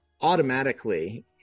automatically